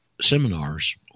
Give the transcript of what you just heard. seminars